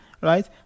Right